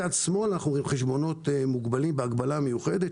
מצד שמאל רואים חשבונות מוגבלים בהגבלה מיוחדת,